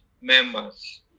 members